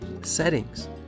Settings